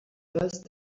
first